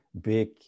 big